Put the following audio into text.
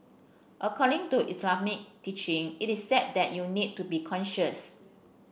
according to Islamic teaching it is said that you need to be conscious